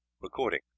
Recording